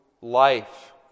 life